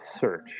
search